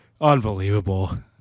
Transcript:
Unbelievable